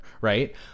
right